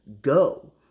go